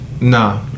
Nah